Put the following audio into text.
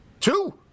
Two